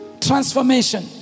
transformation